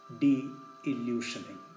de-illusioning